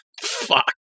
Fuck